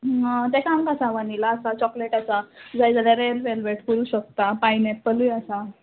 तेका आमकां आसा वनिला आसा चॉकलेट आसा जाय जाल्यार रेड वेलवेट करूं शकता पायनॅप्पलूय आसा